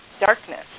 darkness